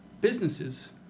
businesses